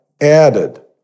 added